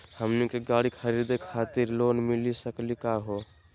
हमनी के गाड़ी खरीदै खातिर लोन मिली सकली का हो?